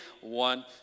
One